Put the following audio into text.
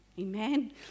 amen